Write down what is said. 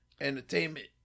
Entertainment